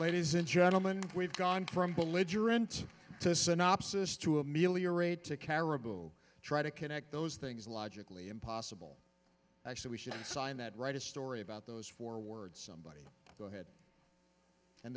ladies and gentlemen we've gone from belligerent to synopsis to ameliorate to caraballo try to connect those things logically impossible actually we should sign that write a story about those four words somebody's head and